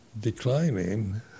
declining